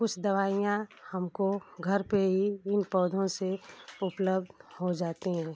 कुछ दवाइयाँ हमको घर पर ही इन पौधों से उपलब्ध हो जाती हैं